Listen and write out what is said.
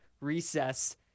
recess